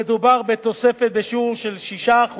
מדובר בתוספת של 6%